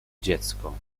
dziecko